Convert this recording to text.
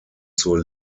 zur